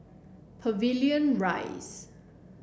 Pavilion Rise